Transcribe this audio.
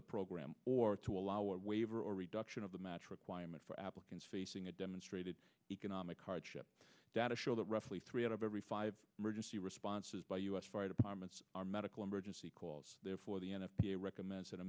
the program or to allow a waiver or reduction of the match requirement for applicants facing a demonstrated economic hardship data show that roughly three out of every five merge the responses by u s fire departments are medical emergency calls therefore the n f p a recommend